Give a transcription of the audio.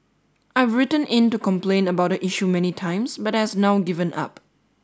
I've written in to complain about the issue many times but has now given up